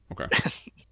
Okay